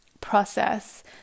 process